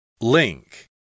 Link